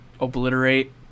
obliterate